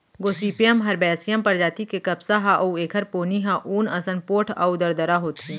Gossypium herbaceum परजाति के कपसा ह अउ एखर पोनी ह ऊन असन पोठ अउ दरदरा होथे